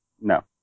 no